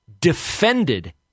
defended